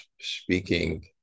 speaking